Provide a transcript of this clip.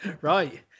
Right